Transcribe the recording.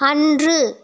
அன்று